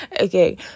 Okay